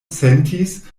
sentis